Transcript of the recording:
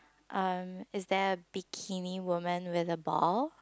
um is there a bikini woman with a ball